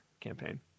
campaign